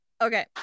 Okay